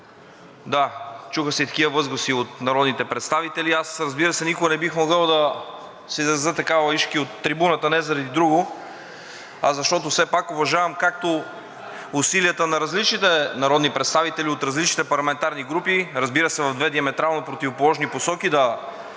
да, чуват се и такива възгласи от народните представители. Аз, разбира се, никога не бих могъл да се изразя така лаишки от трибуната, не заради друго, а защото все пак уважавам както усилията на различните народни представители от различните парламентарни групи, разбира се, в две диаметрално противоположни посоки да